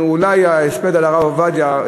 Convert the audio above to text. ההספד על הרב עובדיה,